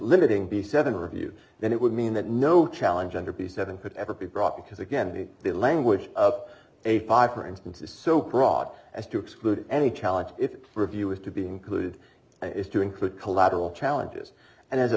limiting the seven reviews then it would mean that no challenge under b seven could ever be brought because again the language of a five for instance is so broad as to exclude any challenge it for review is to be included is to include collateral challenges and as a